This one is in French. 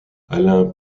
alain